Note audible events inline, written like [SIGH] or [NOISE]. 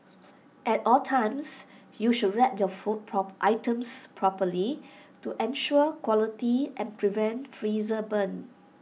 at all times you should wrap your food [UNINTELLIGIBLE] items properly to ensure quality and prevent freezer burn